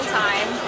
time